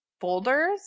folders